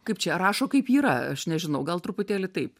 kaip čia rašo kaip yra aš nežinau gal truputėlį taip